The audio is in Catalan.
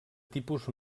tipus